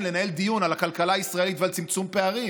דיון על הכלכלה הישראלית ועל צמצום פערים?